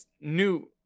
new